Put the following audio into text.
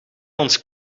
ons